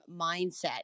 mindset